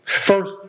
First